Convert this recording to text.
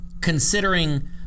considering